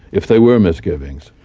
if there were misgivings.